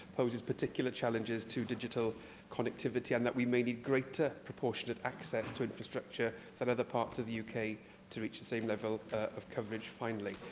poses particular challenges to digital connectivity and that we may need greater proportionate access to infrastructure than other parts of the uk to reach the same level of coverage finally.